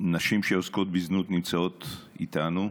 נשים שעוסקות בזנות נמצאות איתנו.